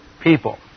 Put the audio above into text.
people